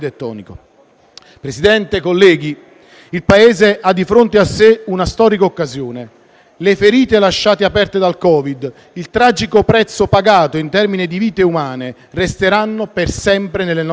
Presidente e colleghi, il Paese ha di fronte a sé una storica occasione. Le ferite lasciate aperte dal Covid e il tragico prezzo pagato in termini di vite umane resteranno per sempre nella nostra mente,